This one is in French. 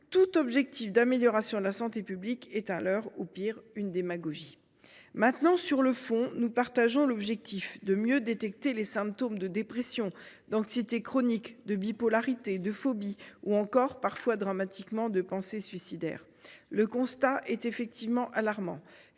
tout objectif d’amélioration de la santé publique est un leurre ou, pis, de la démagogie. Sur le fond, nous souscrivons à l’objectif de mieux détecter les symptômes de dépression, d’anxiété chronique, de bipolarité, de phobies ou encore, parfois dramatiquement, de pensées suicidaires. Le constat est en effet alarmant